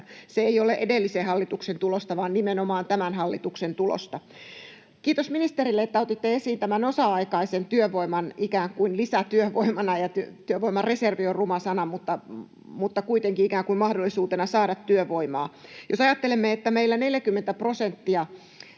Se ei ole edellisen hallituksen tulosta vaan nimenomaan tämän hallituksen tulosta. Kiitos ministerille, että otitte esiin tämän osa-aikaisen työvoiman ikään kuin lisätyövoimana — työvoimareservi on ruma sana, mutta kuitenkin ikään kuin mahdollisuutena saada työvoimaa. Jos ajattelemme, että meillä 40 prosenttia